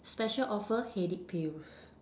special offer headache pills